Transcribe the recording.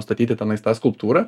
statyti tenais tą skulptūrą